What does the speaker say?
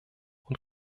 und